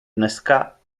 dneska